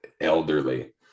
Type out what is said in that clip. elderly